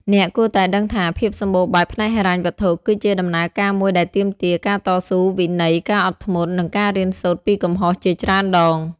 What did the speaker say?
អ្នកគួរតែដឹងថាភាពសម្បូរបែបផ្នែកហិរញ្ញវត្ថុ គឺជាដំណើរការមួយដែលទាមទារការតស៊ូ វិន័យ ការអត់ធ្មត់ និងការរៀនសូត្រពីកំហុសជាច្រើនដង។